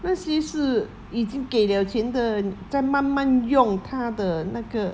那些是已经给了钱的在慢慢用它的那个